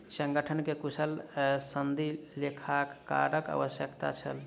संगठन के कुशल सनदी लेखाकारक आवश्यकता छल